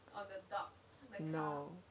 no